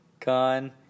Con